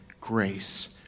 grace